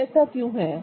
तो ऐसा क्यों है